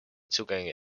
zugänge